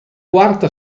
quarta